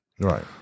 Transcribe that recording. Right